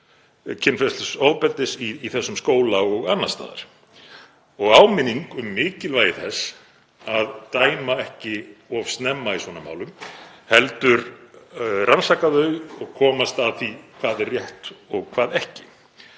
kynferðislegs ofbeldis í þessum skóla og annars staðar og áminning um mikilvægi þess að dæma ekki of snemma í svona málum heldur rannsaka þau og komast að því hvað er rétt og hvað ekki.